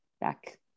back